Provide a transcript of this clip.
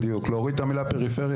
בדיוק להוריד את המילה פריפריה,